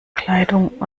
kleidung